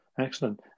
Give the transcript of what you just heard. excellent